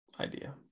idea